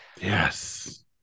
Yes